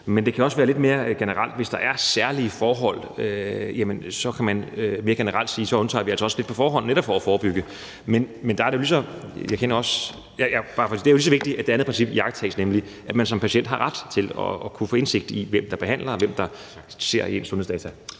Men det kan også være lidt mere generelt – hvis der er særlige forhold, kan man mere generelt sige, at så undtager man lidt på forhånd, altså netop for at forebygge. Men det er jo lige så vigtigt, at det andet princip iagttages, nemlig at man som patient har ret til at kunne få indsigt i, hvem der behandler en, og hvem der ser ens sundhedsdata.